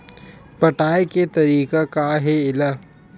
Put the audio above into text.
पटाय के तरीका का हे एला?